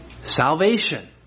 Salvation